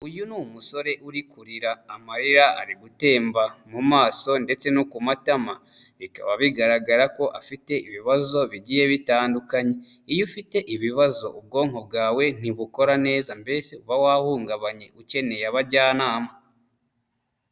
Uyu ni umusore uri kurira amarira ari gutemba mu maso ndetse no ku matama, bikaba bigaragara ko afite ibibazo bigiye bitandukanye. Iyo ufite ibibazo ubwonko bwawe ntibukora neza mbese uba wahungabanye ukeneye abajyanama.